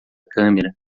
câmera